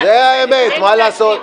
זאת האמת, מה לעשות.